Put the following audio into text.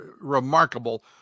remarkable